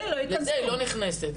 לזה היא לא נכנסת.